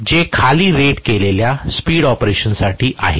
जे खाली रेट केलेल्या स्पीड ऑपरेशनसाठी आहेत